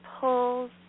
pulls